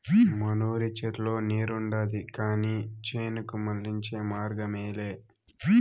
మనూరి చెర్లో నీరుండాది కానీ చేనుకు మళ్ళించే మార్గమేలే